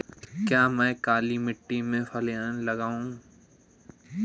क्या मैं काली मिट्टी में फलियां लगाऊँ?